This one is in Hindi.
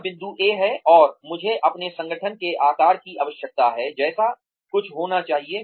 यह बिंदु ए है और मुझे अपने संगठन के आकार की आवश्यकता है जैसा कुछ होना चाहिए